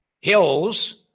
hills